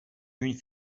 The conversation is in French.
une